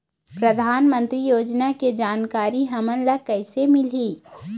परधानमंतरी योजना के जानकारी हमन ल कइसे मिलही?